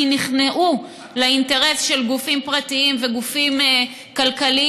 נכנעו לאינטרס של גופים פרטיים וגופים כלכליים.